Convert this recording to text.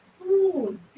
food